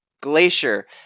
glacier